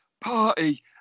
party